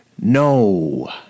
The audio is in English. No